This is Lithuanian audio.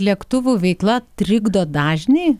lėktuvų veikla trikdo dažnį